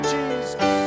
Jesus